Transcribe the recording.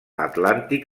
atlàntic